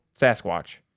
Sasquatch